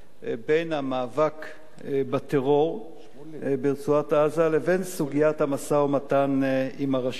בין המאבק בטרור ברצועת-עזה לבין סוגיית המשא-ומתן עם הרשות.